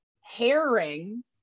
herring